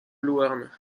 louarn